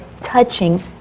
touching